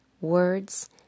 words